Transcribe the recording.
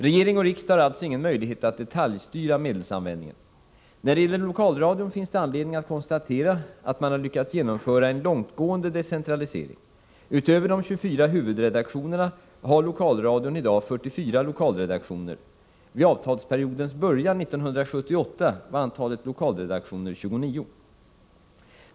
Regering och riksdag har alltså ingen möjlighet att detaljstyra medelsanvändningen. När det gäller lokalradion finns det anledning att konstatera att man lyckats genomföra en långtgående decentralisering. Utöver de 24 huvudredaktionerna har lokalradion i dag 44 lokalredaktioner. Vid avtalsperiodens början 1978 var antalet lokalredaktioner 29.